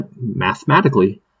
Mathematically